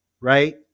right